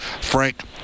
frank